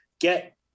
get